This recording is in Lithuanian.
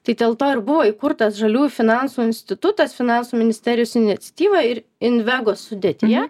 tai dėl to ir buvo įkurtas žaliųjų finansų institutas finansų ministerijos iniciatyva ir invego sudėtyje